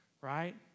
right